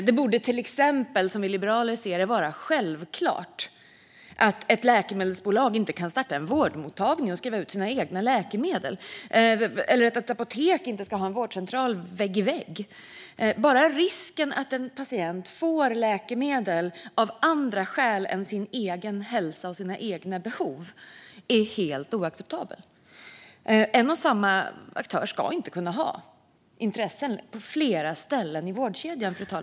Det borde till exempel, som vi liberaler ser det, vara självklart att ett läkemedelsbolag inte kan starta en vårdmottagning och skriva ut sina egna läkemedel och att ett apotek inte ska ha en vårdcentral vägg i vägg. Bara risken för att en patient får läkemedel av andra skäl än sin egen hälsa och sina egna behov är helt oacceptabel. En och samma aktör ska inte kunna ha intressen på flera ställen i vårdkedjan.